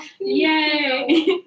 Yay